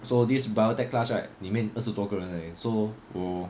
so this biotech class right 里面二十多个人而已 so 我